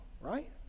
right